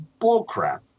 bullcrap